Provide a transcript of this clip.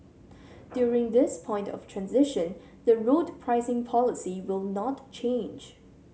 during this point of transition the road pricing policy will not change